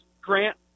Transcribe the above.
Grant